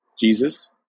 Jesus